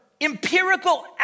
empirical